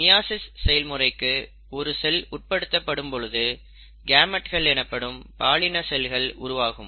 meiosis செயல்முறைக்கு ஒரு cell உட்படுத்தப்படும் பொழுது கேமெட்கள் எனப்படும் பாலின செல்கள் உருவாகும்